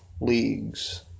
leagues